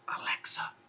Alexa